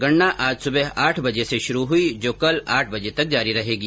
गणना आज सुबह आठ बजे से शुरू हुई जो कल आठ बजे तक जारी रहेगी